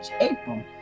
april